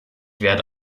werde